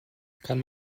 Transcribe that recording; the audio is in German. kann